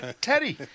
Teddy